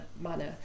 manner